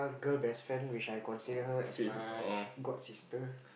girl best friend which I consider her as my godsister